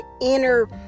inner